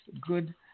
good